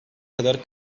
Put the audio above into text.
kadar